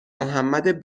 محمد